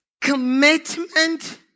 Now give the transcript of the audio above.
commitment